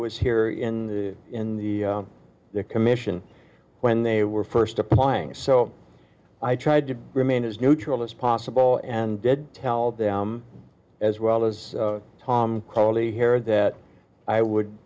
was here in the in the commission when they were first applying so i tried to remain as neutral as possible and did tell them as well as tom cawley here that i would